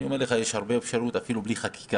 אני אומר לך שיש הרבה אפשרות אפילו בלי חקיקה.